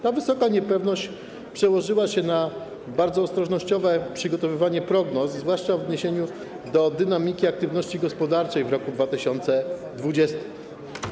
Ta duża niepewność przełożyła się na bardzo ostrożnościowe przygotowywanie prognoz, zwłaszcza w odniesieniu do dynamiki aktywności gospodarczej w roku 2020.